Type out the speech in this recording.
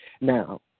Now